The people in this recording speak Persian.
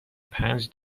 پنج